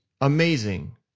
amazing